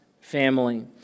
family